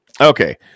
Okay